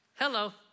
Hello